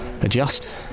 adjust